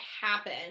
happen